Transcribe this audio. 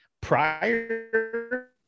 prior